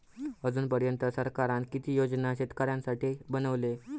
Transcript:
अजून पर्यंत सरकारान किती योजना शेतकऱ्यांसाठी बनवले?